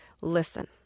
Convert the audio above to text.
listen